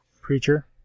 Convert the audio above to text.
Preacher